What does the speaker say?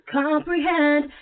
comprehend